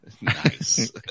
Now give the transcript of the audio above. Nice